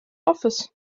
office